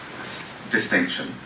distinction